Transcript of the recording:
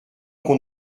qu’on